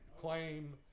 claim